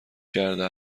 کرده